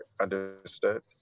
understood